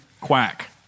Quack